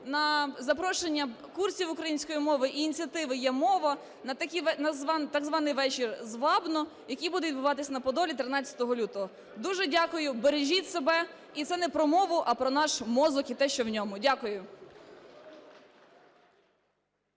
на запрошення курсів української мови і ініціативи "Є-мова", на так званий вечір "Звабно", який буде відбуватися на Подолі 13 лютого. Дуже дякую. Бережіть себе. І це не про мову, а про наш мозок і те, що в ньому. Дякую.